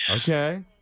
Okay